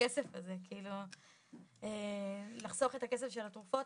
הכסף הזה לחסוך את הכסף של התרופות,